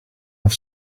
have